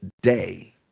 day